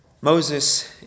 Moses